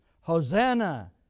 Hosanna